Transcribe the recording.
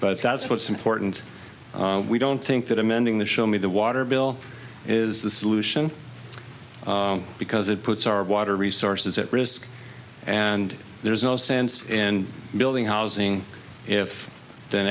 but that's what's important we don't think that amending the show me the water bill is the solution because it puts our water resources at risk and there's no sense in building housing if then